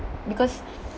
because